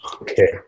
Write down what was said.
okay